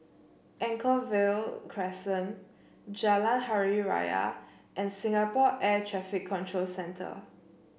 Anchorvale Crescent Jalan Hari Raya and Singapore Air Traffic Control Centre